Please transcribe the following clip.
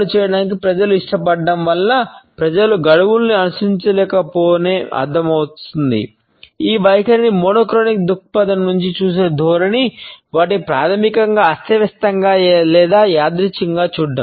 సమయం గురించి పాలిక్రోనిక్ దృక్పథం నుండి చూసే ధోరణి వాటిని ప్రాథమికంగా అస్తవ్యస్తంగా లేదా యాదృచ్ఛికంగా చూడటం